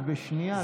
את בשנייה,